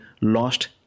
lost